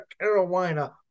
Carolina